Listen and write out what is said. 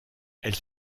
elles